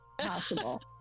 possible